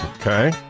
Okay